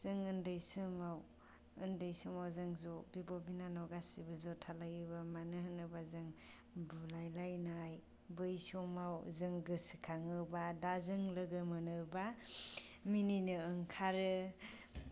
जों उन्दै समाव जों ज' बिब' बिनानाव गासैबो ज' थालायोमोन मानो होनोबा जों बुलाय लायनाय बै समाव जों गोसो खाङोब्ला दा जों लोगो मोनोब्ला मिनिनो ओंखारो